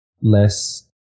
less